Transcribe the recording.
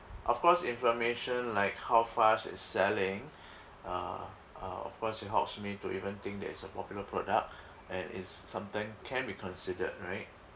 of course information like how fast it's selling uh uh of course it helps me to even think that is a popular product and is sometime can be considered right